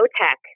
tech